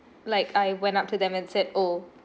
like I went up to them and said oh